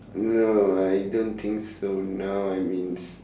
no I don't think so now I means